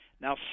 Now